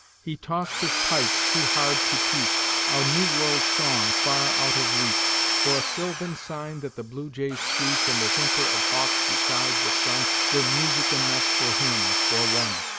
he tossed his pipes, too hard to teach a new-world song, far out of reach, for a sylvan sign that the blue jay's screech and the whimper of hawks beside the sun were music enough for him, for one.